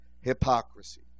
hypocrisy